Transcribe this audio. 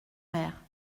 mère